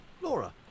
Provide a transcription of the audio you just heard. Laura